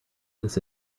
this